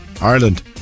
Ireland